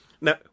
Now